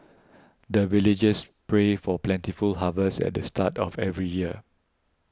the villagers pray for plentiful harvest at the start of every year